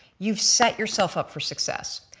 you've set yourself up for success.